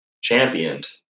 championed